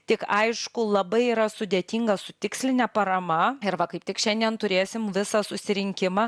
tik aišku labai yra sudėtinga su tiksline parama ir va kaip tik šiandien turėsim visą susirinkimą